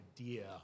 idea